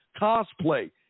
Cosplay